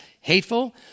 hateful